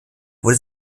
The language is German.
wurde